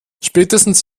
spätestens